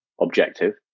objective